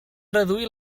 reduir